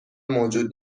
موجود